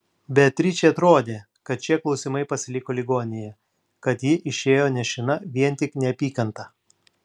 beatričei atrodė kad šie klausimai pasiliko ligoninėje kad ji išėjo nešina vien tik neapykanta